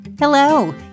Hello